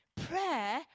Prayer